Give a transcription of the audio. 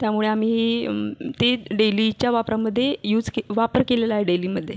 त्यामुळे आम्ही तेच डेलीच्या वापरामधे यूज के वापर केलेला आहे डेलीमधे